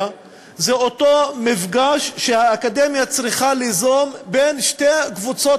זה אותו מפגש שהאקדמיה צריכה ליזום בין שתי קבוצות